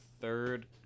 third